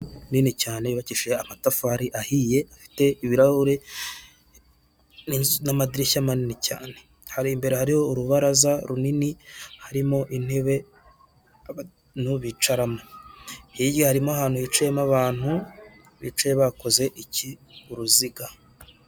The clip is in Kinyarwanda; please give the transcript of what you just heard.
Nini cyane yubakishije amatafari ahiye ifite ibirahuri n'amadirishya manini cyane, hari imbere hariho urubaraza runini harimo intebe abantu bicaramo, hirya harimo ahantu hicayemo abantu bicaye bakoze iki uruziga.